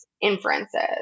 inferences